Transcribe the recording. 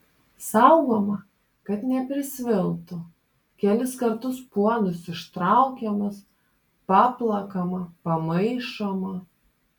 saugoma kad neprisviltų kelis kartus puodas ištraukiamas paplakama pamaišoma